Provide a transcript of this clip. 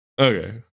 okay